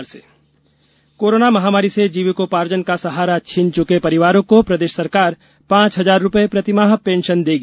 परिवार pension corona महामारी से जीविकोपार्जन का सहारा छिन चुके परिवारों को प्रदेश सरकार पांच हजार रुपये प्रतिमाह पेंशन देगी